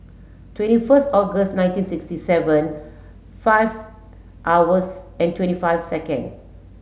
twenty first August nineteen sixty seven five hours and twenty five second